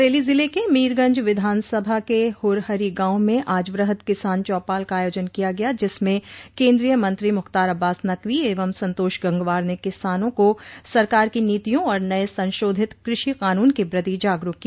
बरेली जिले के मीरगंज विधानसभा के हुरहरी गांव में आज व्रहद किसान चौपाल का आयोजन किया गया जिसमें केंद्रीय मंत्री मुख्तार अब्बास नकवी एवं संतोष गंगवार ने किसानों को सरकार की नीतियों और नये संशोधित कृषि कानून के प्रति जागरूक किया